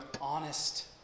honest